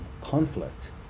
conflict